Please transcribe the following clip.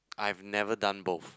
I've never done both